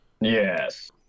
Yes